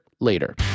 later